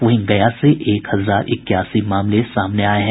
वहीं गया से एक हजार इक्यासी मामले सामने आये हैं